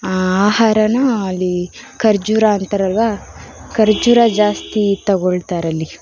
ಆಹಾರನ ಅಲ್ಲಿ ಖರ್ಜೂರ ಅಂತಾರಲ್ವ ಖರ್ಜೂರ ಜಾಸ್ತಿ ತೊಗೊಳ್ತಾರಲ್ಲಿ